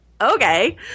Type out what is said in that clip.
Okay